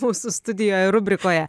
mūsų studijoje rubrikoje